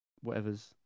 whatever's